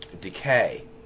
decay